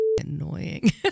annoying